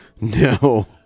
no